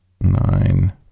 nine